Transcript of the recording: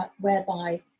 whereby